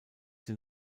den